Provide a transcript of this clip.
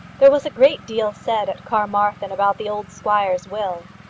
there was a great deal said at carmarthen about the old squire's will.